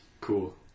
Cool